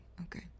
Okay